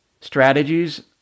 strategies